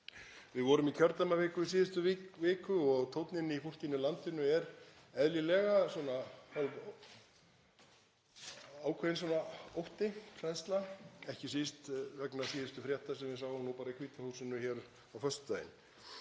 Við vorum í kjördæmaviku í síðustu viku og tónninn í fólkinu í landinu er eðlilega svona ákveðinn ótti, hræðsla, ekki síst vegna síðustu frétta sem við sáum bara í Hvíta húsinu hér á föstudaginn.